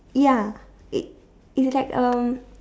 ya it it's like uh